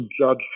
judge